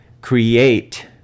create